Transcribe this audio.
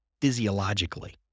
physiologically